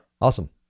Awesome